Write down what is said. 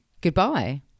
Goodbye